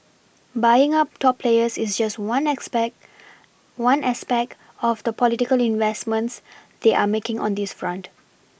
buying up top players is just one expect one aspect of the political investments they are making on this front